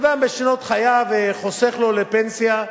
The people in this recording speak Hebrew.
בן-אדם בשנות חייו חוסך לו לפנסיה,